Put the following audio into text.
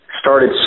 Started